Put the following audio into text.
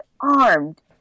armed